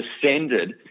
descended